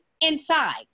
inside